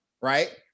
right